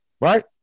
right